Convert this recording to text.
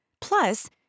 Plus